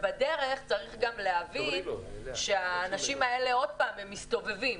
ובדרך צריך גם להבין שהאנשים האלה עוד פעם מסתובבים.